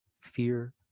fear